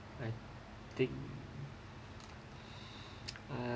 like take uh